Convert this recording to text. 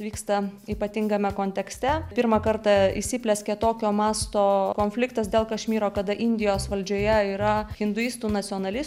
vyksta ypatingame kontekste pirmą kartą įsiplieskė tokio mąsto konfliktas dėl kašmyro kada indijos valdžioje yra hinduistų nacionalistų